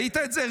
ראית את זה?